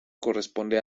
corresponde